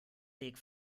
weg